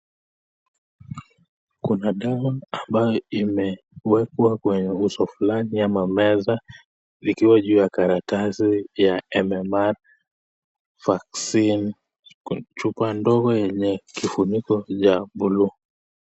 Kuna dawa ambayo imewekwa kwnye uso fulani ama kwenye meza ikiwa juu ya karatasi ya 'MMR vaccine ' kwa chupa ndogo yenye kifuniko ya buluu.